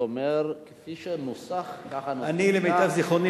במימון זר,